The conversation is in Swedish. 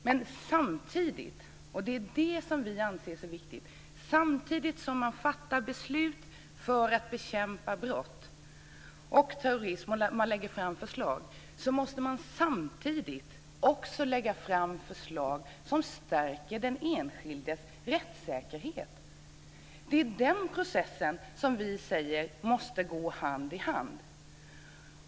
Men när man fattar beslut för att bekämpa brott och terrorism och lägger fram förslag måste man samtidigt lägga fram förslag som stärker den enskildes rättssäkerhet. Det är vad vi anser är så viktigt. De processerna måste gå hand i hand.